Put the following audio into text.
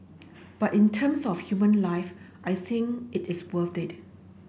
but in terms of human life I think it is worth it